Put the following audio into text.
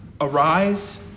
arise